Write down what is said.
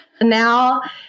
now